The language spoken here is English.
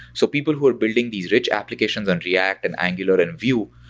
so people who are building these rich applications on react, and angular, and view,